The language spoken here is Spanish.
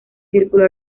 círculo